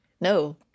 No